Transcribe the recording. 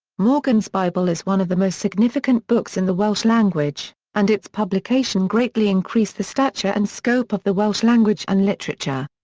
morgan's bible is one of the most significant books in the welsh language, and its publication greatly increased the stature and scope of the welsh language and literature.